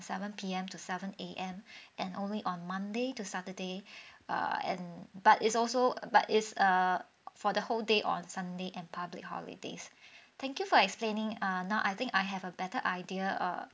seven P_M to seven A_M and only on monday to saturday err and but is also but is a for the whole day on sunday and public holidays thank you for explaining uh now I think I have a better idea err